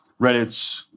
Reddit's